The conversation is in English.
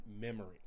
memory